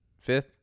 Fifth